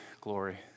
glory